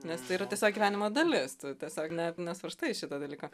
nes tai yra tiesiog gyvenimo dalis tiesiog net nesvarstai šito dalyko